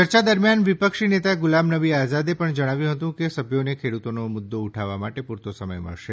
ચર્ચા દરમિયાન વિપક્ષી નેતા ગુલામ નબી આઝાદે પણ જણાવ્યું હતું કે સભ્યોને ખેડતોનો મુદ્દો ઉઠાવવા માટે પૂરતો સમય મળશે